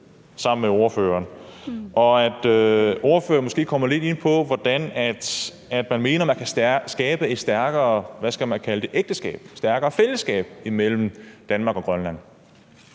sammen med ordføreren, og at ordføreren måske kunne komme lidt ind på, hvordan hun mener man kan skabe et stærkere, hvad skal man kalde det, ægteskab, et stærkere fællesskab, imellem Danmark og Grønland.